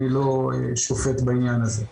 אני לא שופט בעניין הזה.